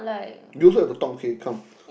you also have to talk okay come